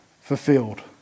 fulfilled